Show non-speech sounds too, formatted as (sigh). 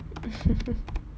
(laughs)